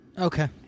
Okay